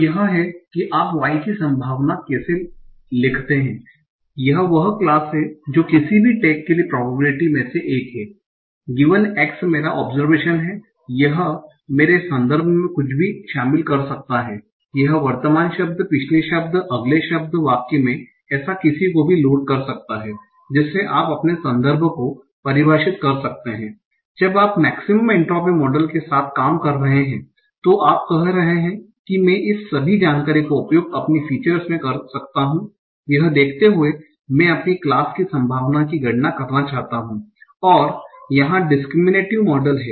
तो यह है कि आप y की संभावना कैसे लिखते हैं यह वह क्लास है जो किसी भी टैग के लिए प्रोबेबिलिटी में से एक है गिवन x मेरा ओब्सरवेशन है यह मेरे संदर्भ में कुछ भी शामिल कर सकता है यह वर्तमान शब्द पिछले शब्द अगले शब्द वाक्य में ऐसा किसी को भी लोड कर सकता है जिससे आप अपने संदर्भ को परिभाषित कर सकते हैं जब आप मेक्सिमम एन्ट्रापी मॉडल के साथ काम कर रहे हैं तो आप कह रहे हैं कि मैं इस सभी जानकारी का उपयोग अपनी फीचर्स में कर सकता हूं यह देखते हुए मैं अपनी क्लास की संभावना की गणना करना चाहता हूं और यहाँ डिस्कृमिनेटिव मॉडल है